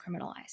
criminalized